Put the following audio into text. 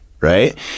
right